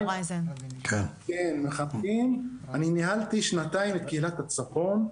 אני ניהלתי שנתיים את קהילת הצפון,